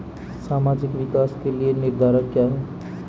सामाजिक विकास के निर्धारक क्या है?